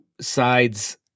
sides